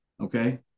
Okay